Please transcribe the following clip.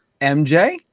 MJ